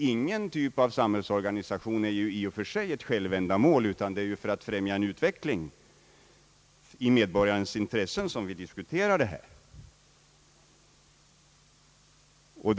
Ingen typ av samhällsorganisation är i och för sig ett självändamål, utan det är ju för att främja en utveckling i medborgarnas intresse som vi diskuterar dessa spörsmål.